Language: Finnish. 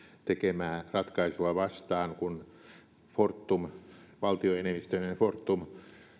tekemää ratkaisua vastaan kun valtioenemmistöinen fortum